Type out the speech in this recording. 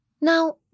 Now